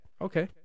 Okay